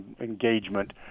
engagement